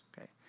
okay